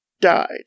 died